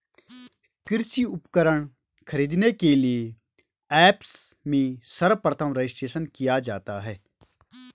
कृषि उपकरण खरीदने के लिए ऐप्स में सर्वप्रथम रजिस्ट्रेशन किया जाता है